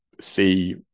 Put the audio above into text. see